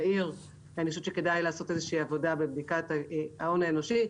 אני חושבת שכדאי לעשות איזושהי עבודה בבדיקת ההון האנושי,